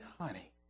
honey